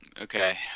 Okay